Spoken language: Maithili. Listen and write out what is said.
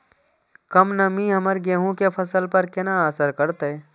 कम नमी हमर गेहूँ के फसल पर केना असर करतय?